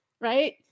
Right